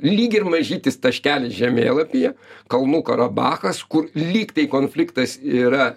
lyg ir mažytis taškelis žemėlapyje kalnų karabachas kur lyg tai konfliktas yra